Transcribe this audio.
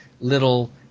little